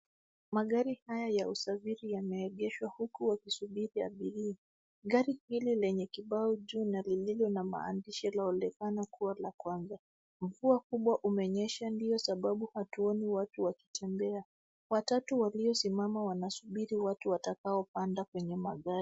Magari haya ya usafiri yamaegeshwa huku wakisubiri abiria, gari hili lenye kibao juu na lilo na maandishi yaliyoonekana kuwa la kwanza mvua kubwa umenyesha ndyo sababu hatuoni watu wakitembea, watatu waliosimama wanasubiri watu watakaopanda kwenye magari.